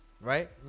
Right